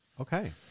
Okay